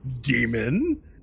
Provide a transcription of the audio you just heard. demon